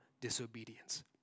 disobedience